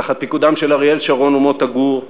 תחת פיקודם של אריאל שרון ומוטה גור,